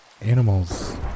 Animals